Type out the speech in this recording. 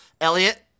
Elliot